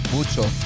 Mucho